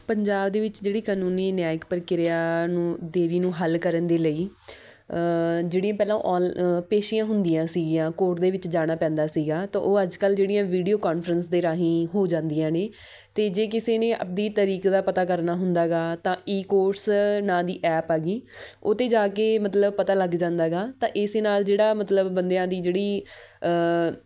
ਪੰਜਾਬ ਦੇ ਵਿੱਚ ਜਿਹੜੀ ਕਾਨੂੰਨੀ ਨਿਆਇਕ ਪ੍ਰਕਿਰਿਆ ਨੂੰ ਦੇਰੀ ਨੂੰ ਹੱਲ ਕਰਨ ਦੇ ਲਈ ਜਿਹੜੀਆਂ ਪਹਿਲਾਂ ਔਲ ਪੇਸ਼ੀਆਂ ਹੁੰਦੀਆਂ ਸੀਗੀਆਂ ਕੋਰਟ ਦੇ ਵਿੱਚ ਜਾਣਾ ਪੈਂਦਾ ਸੀਗਾ ਤਾਂ ਉਹ ਅੱਜ ਕੱਲ੍ਹ ਜਿਹੜੀਆਂ ਵੀਡੀਓ ਕੌਨਫਰੰਸ ਦੇ ਰਾਹੀਂ ਹੋ ਜਾਂਦੀਆਂ ਨੇ ਅਤੇ ਜੇ ਕਿਸੇ ਨੇ ਆਪਦੀ ਤਾਰੀਕ ਦਾ ਪਤਾ ਕਰਨਾ ਹੁੰਦਾ ਗਾ ਤਾਂ ਈ ਕੋਰਸ ਨਾਂ ਦੀ ਐਪ ਹੈਗੀ ਉਹ 'ਤੇ ਜਾ ਕੇ ਮਤਲਬ ਪਤਾ ਲੱਗ ਜਾਂਦਾ ਗਾ ਤਾਂ ਇਸੇ ਨਾਲ ਜਿਹੜਾ ਮਤਲਬ ਬੰਦਿਆਂ ਦੀ ਜਿਹੜੀ